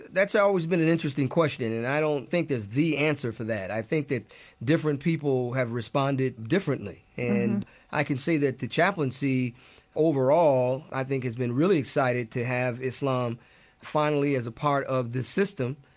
that's always been an interesting question. and i don't think there's the answer for that. i think that different people have responded differently. and i can say that the chaplaincy overall, i think, has been really excited to have islam finally as a part of the system,